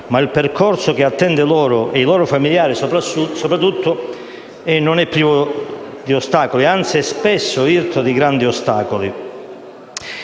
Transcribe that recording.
ma il percorso che attende loro e soprattutto i loro familiari non è privo di ostacoli, anzi è spesso irto di grandi ostacoli.